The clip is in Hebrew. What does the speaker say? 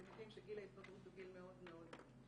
אתם יודעים שגיל ההתבגרות הוא גיל מאוד בעייתי,